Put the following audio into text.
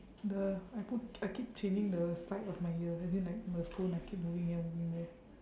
the I put I keep changing the side of my ear as in like the phone I keep moving here moving there